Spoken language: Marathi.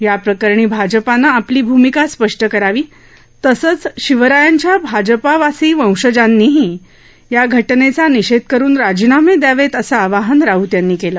याप्रकरणी भाजपानं आपली भूमिका स्पष् करावी तसंच शिवरायांच्या भाजपावासी वंशजांनीही या घ नेचा निषेध करुन राजीनामे दयावेत असं आवाहन राऊत यांनी केलं